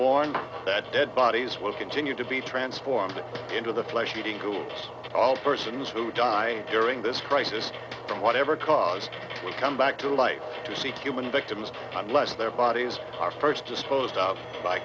warns that dead bodies will continue to be transformed into the flesh eating foods all persons who die during this crisis for whatever cause will come back to life to see human victims unless their bodies are first disposed of by